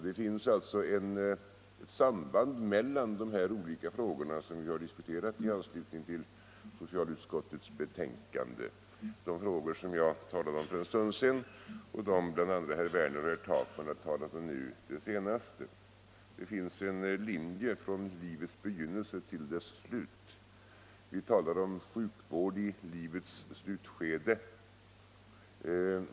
Det finns alltså ett samband mellan de olika frågor som vi diskuterat i anslutning till detta socialutskottets betänkande: de frågor som jag berörde för en stund sedan och de frågor som bl.a. herr Werner i Malmö och herr Takman nu senast talade om. Det finns en linje från livets begynnelse till dess slut. Vi talar om sjukvård i livets slutskede.